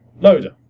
loader